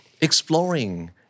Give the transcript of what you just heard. exploring